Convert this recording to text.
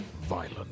violent